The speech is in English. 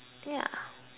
yeah